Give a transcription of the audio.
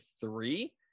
three